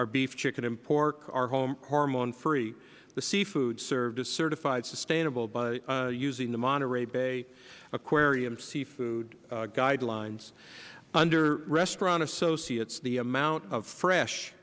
our beef chicken and pork are hormone free the seafood served is certified sustainable by our using the monterey bay aquarium seafood guidelines under restaurant associates the amount of fresh